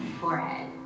forehead